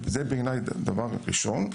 זה בעיניי דבר ראשון.